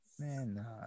Man